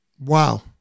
Wow